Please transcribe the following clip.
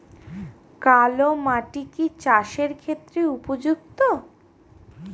কালো মাটি কি চাষের ক্ষেত্রে উপযুক্ত?